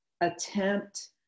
attempt